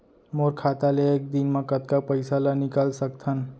मोर खाता ले एक दिन म कतका पइसा ल निकल सकथन?